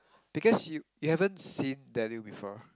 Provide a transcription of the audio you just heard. because you you haven't seen Daniel before